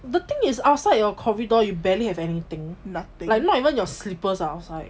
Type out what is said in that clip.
the thing is outside your corridor you barely have anything like not even your slippers are outside